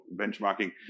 benchmarking